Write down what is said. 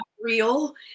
real